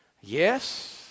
Yes